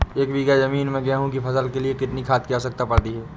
एक बीघा ज़मीन में गेहूँ की फसल के लिए कितनी खाद की आवश्यकता पड़ती है?